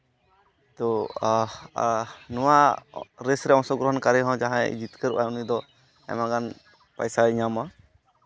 ᱛᱳ ᱱᱚᱣᱟ ᱨᱮᱹᱥ ᱨᱮ ᱚᱝᱥᱚᱜᱨᱚᱦᱚᱱ ᱠᱟᱨᱤ ᱦᱚᱸ ᱡᱟᱦᱟᱸᱭ ᱡᱤᱛᱠᱟᱹᱨᱚᱜᱼᱟᱭ ᱩᱱᱤ ᱫᱚ ᱟᱭᱢᱟ ᱜᱟᱱ ᱯᱚᱭᱥᱟᱭ ᱧᱟᱢᱟ